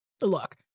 look